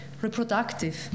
reproductive